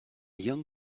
young